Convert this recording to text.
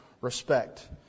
respect